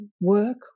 work